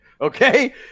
okay